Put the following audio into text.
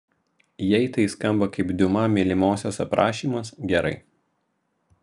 jei tai skamba kaip diuma mylimosios aprašymas gerai